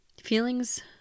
Feelings